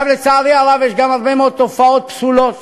לצערי הרב יש גם הרבה מאוד תופעות פסולות